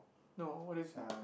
no what is it